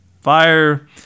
fire